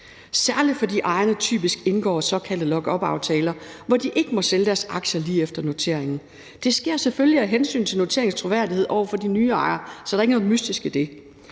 særlig fordi ejerne typisk indgår såkaldte lockupaftaler, som betyder, at de ikke må sælge deres aktier lige efter noteringen. Det sker selvfølgelig af hensyn til noteringens troværdighed over for de nye ejere, så der er ikke noget mystisk i det.